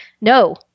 No